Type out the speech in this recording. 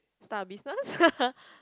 start a business